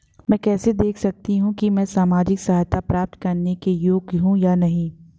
मैं कैसे देख सकती हूँ कि मैं सामाजिक सहायता प्राप्त करने के योग्य हूँ या नहीं?